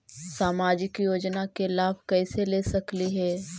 सामाजिक योजना के लाभ कैसे ले सकली हे?